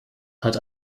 hat